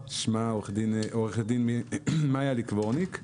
שמה עורכת דין מיה ליקוורניק.